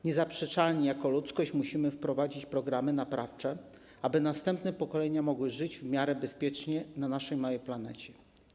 Niezaprzeczalnie jako ludzkość musimy wprowadzić programy naprawcze, aby następne pokolenia mogły żyć w miarę bezpiecznie na naszej małej planecie.